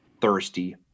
thirsty